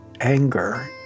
anger